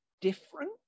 Different